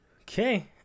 Okay